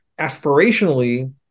aspirationally